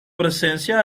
presencia